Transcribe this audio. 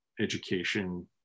education